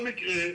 משהו.